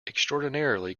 extraordinarily